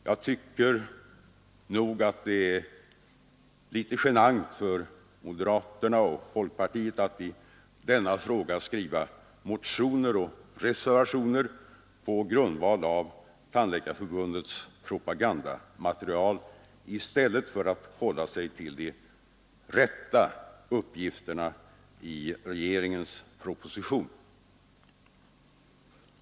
Jag tycker nog att det är litet genant för moderaterna och folkpartiet att i denna fråga skriva motioner och reservationer på grundval av Tandläkarförbundets propagandamaterial i stället för att hålla sig till de rätta uppgifterna i regeringens proposition.